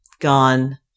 gone